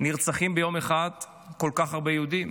נרצחים ביום אחד כל כך הרבה יהודים.